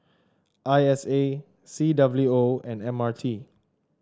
I S A C W O and M R T